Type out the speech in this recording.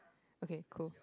okay cool